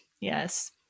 Yes